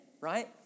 right